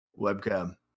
webcam